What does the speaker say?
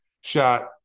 Shot